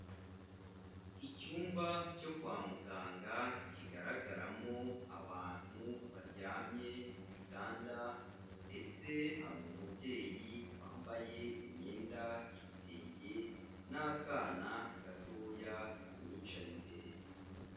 Icyumba cyo kwa muganga kigaragaramo abantu baryamye ku bitanda ndetse hari umubyeyi wambaye imyenda y'ibitenge, n'akana gatoya kamwicaye imbere.